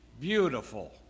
beautiful